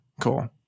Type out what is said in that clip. cool